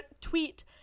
tweet